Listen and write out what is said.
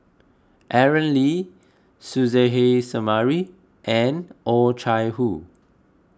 Aaron Lee Suzairhe Sumari and Oh Chai Hoo